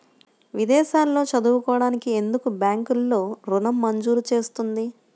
విదేశాల్లో చదువుకోవడానికి ఎందుకు బ్యాంక్లలో ఋణం మంజూరు చేస్తుంది?